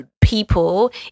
people